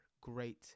great